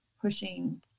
pushing